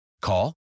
Call